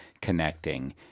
connecting